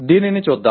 దీనిని చూద్దాం